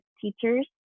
teachers